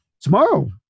Tomorrow